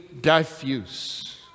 diffuse